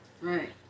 Right